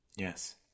Yes